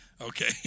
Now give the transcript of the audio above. Okay